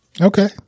Okay